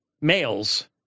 males